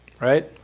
right